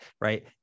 right